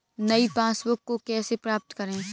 नई पासबुक को कैसे प्राप्त करें?